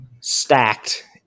stacked